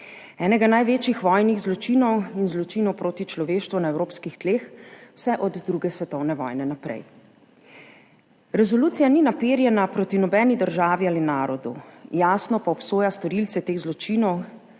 enega največjih vojnih zločinov in zločinov proti človeštvu na evropskih tleh vse od druge svetovne vojne naprej. Resolucija ni naperjena proti nobeni državi ali narodu, jasno pa obsoja storilce teh zločinov